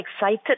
excited